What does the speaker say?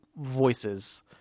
voices